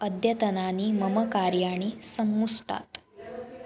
अद्यतनानि मम कार्याणि सम्मुष्यात्